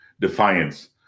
defiance